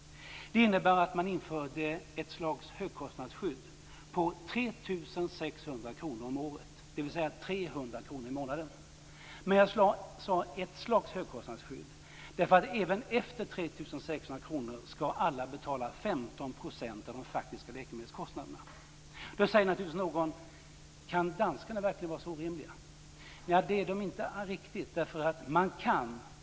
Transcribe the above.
Den innebar att man införde ett slags högkostnadsskydd på 3 600 kr om året, dvs. 300 kr i månaden. Men som jag sade är detta ett slags högkostnadsskydd, för även efter 3 600 kr skall alla betala 15 % av de faktiska läkemedelskostnaderna. Då säger naturligtvis någon: Kan danskarna verkligen vara så orimliga? Nej, det är de inte riktigt.